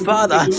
Father